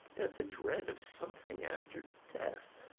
that the dread of something after death